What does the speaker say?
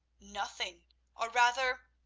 nothing or, rather,